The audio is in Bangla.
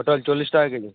পটল চল্লিশ টাকা কেজি